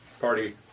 party